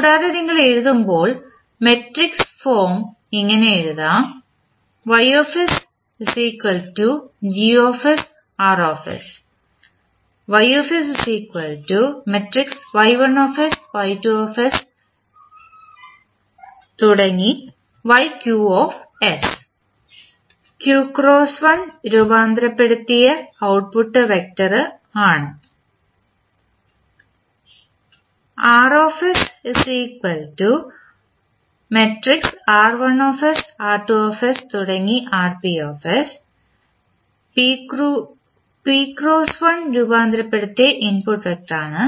കൂടാതെ നിങ്ങൾ എഴുതുമ്പോൾ മാട്രിക്സ് ഫോം ഇങ്ങനെ എഴുതാം q × 1 രൂപാന്തരപ്പെടുത്തിയ ഔട്ട്പുട്ട് വെക്റ്ററാണ് p × 1 രൂപാന്തരപ്പെടുത്തിയ ഇൻപുട്ട് വെക്റ്ററാണ്